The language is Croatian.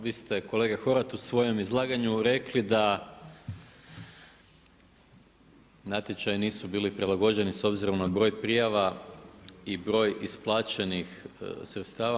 Vi ste kolega Horvat u svojem izlaganju rekli da natječaji nisu bili prilagođeni s obzirom na broj prijava i broj isplaćenih sredstava.